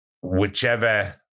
whichever